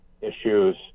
issues